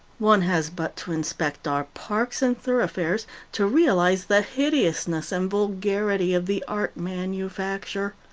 one has but to inspect our parks and thoroughfares to realize the hideousness and vulgarity of the art manufacture.